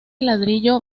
ladrillo